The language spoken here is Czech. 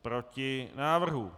Proti návrhu.